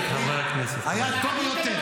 הציבור הערבי הישראלי היה טוב יותר.